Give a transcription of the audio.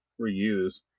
reuse